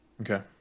Okay